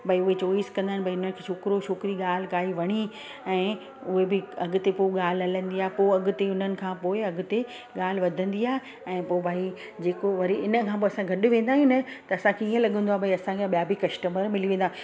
भई उहे चॉइस कंदा आहिनि भई छोकिरो छोकिरी ॻाल्हि काई वणे ऐं उहे बि अॻिते पोइ ॻाल्हि हलंदी आहे पोइ अॻिते हुननि खां पोइ अॻिते ॻाल्हि वधंदी आहे ऐं पोइ भई जेको वरी इन खां पोइ असां गॾु वेंदा आहियूं न त असांखे ईअं लॻंदो आहे भई असांखे ॿिया बि कस्टमर मिली वेंदा